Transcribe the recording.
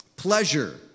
pleasure